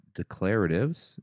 declaratives